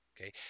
Okay